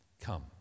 come